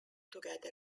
together